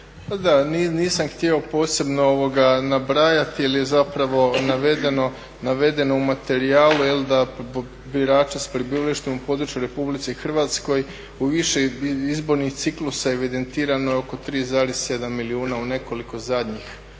da, nisam htio posebno nabrajati jer je zapravo navedeno u materijalu da birače s prebivalištem u području Republike Hrvatske u više izbornih ciklusa evidentirano je oko 3,7 milijuna u nekoliko zadnjih